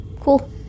cool